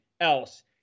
else